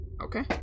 Okay